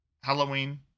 halloween